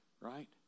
right